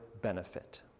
benefit